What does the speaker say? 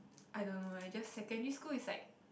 I don't know eh just secondary school is like